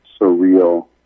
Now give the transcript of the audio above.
surreal